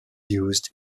used